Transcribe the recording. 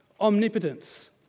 omnipotence